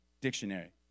dictionary